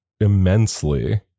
immensely